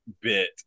bit